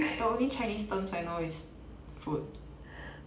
the only chinese terms I know is food